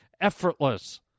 effortless